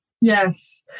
Yes